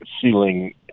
ceiling